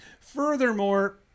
Furthermore